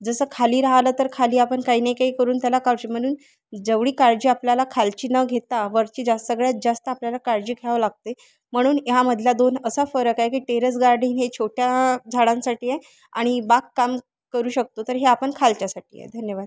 जसं खाली राहिलं तर खाली आपण काही नाही काही करून त्याला काढू म्हणून जेवढी काळजी आपल्याला खालची न घेता वरची जास्त सगळ्यात जास्त आपल्याला काळजी घ्यावं लागते म्हणून ह्यामधला दोन असा फरक आहे की टेरेस गार्डन हे छोट्या झाडांसाठी आहे आणि बागकाम करू शकतो तर हे आपण खालच्यासाठी आहे धन्यवाद